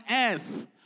earth